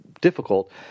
difficult